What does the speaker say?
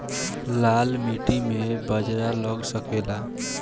लाल माटी मे बाजरा लग सकेला?